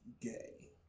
gay